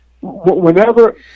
whenever